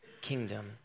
kingdom